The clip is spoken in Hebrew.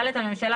הממשלה,